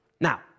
Now